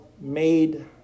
made